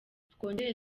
twongere